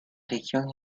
región